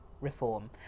reform